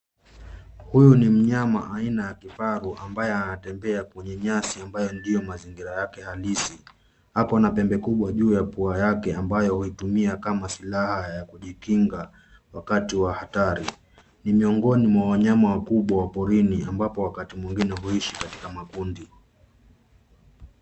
Huyu ni mnyama aina ya kifaru ambaye anatembea kwenye nyasi ambayo ndio mazingira yake halisi. Ako na pembe kubwa juu ya pua yake ambayo huitumia kama silaha ya kujikinga wakati wa hatari. Ni miongoni mwa wanyama wa kubwa wa porini ambapo wakati mwingine huishi katika makundi.